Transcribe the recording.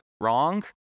wrong